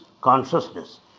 consciousness